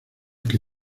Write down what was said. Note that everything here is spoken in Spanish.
que